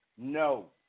No